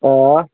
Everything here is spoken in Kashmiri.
آ